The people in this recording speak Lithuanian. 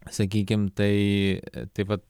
sakykim tai taip pat